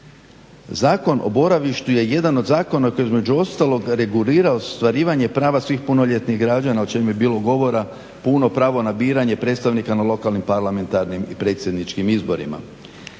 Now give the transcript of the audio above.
Zakon o boravištu je jedan od zakona koji između ostalog regulira ostvarivanje prava svih punoljetnih građana o čemu je bilo govora puno pravo na biranje predstavnika na lokalnim parlamentarnim i predsjedničkim izborima.